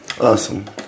Awesome